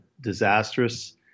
disastrous